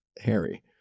Harry